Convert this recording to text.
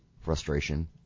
frustration